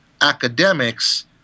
academics